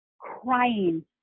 crying